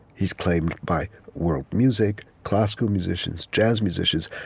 he's claimed by world music, classical musicians, jazz musicians.